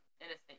innocent